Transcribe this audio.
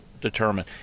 determine